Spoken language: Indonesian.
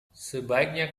sebaiknya